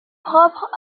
propres